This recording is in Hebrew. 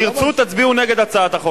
תרצו, תצביעו נגד הצעת החוק.